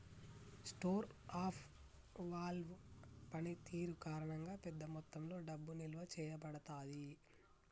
store of value పనితీరు కారణంగా, పెద్ద మొత్తంలో డబ్బు నిల్వ చేయబడతాది